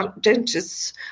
dentists